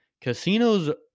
Casinos